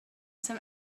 some